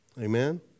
Amen